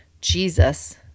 Jesus